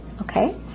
Okay